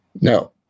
No